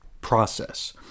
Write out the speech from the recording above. Process